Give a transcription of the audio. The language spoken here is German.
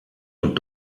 und